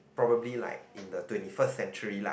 probably like in the twenty first century lah